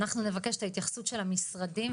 אנחנו נבקש את ההתייחסות של המשרדים,